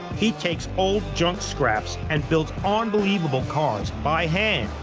he takes old junk scraps and builds unbelievable cars by hand.